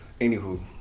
anywho